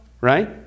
Right